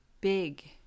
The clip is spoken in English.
big